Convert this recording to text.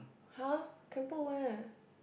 [huh] can put where